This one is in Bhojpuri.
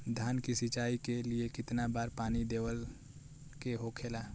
धान की सिंचाई के लिए कितना बार पानी देवल के होखेला?